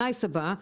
ה-נייס הבא,